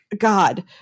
God